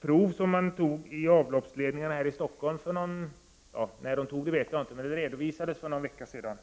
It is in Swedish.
Prov som har tagits i avloppsledningarna i Stockholm redovisades för någon vecka sedan.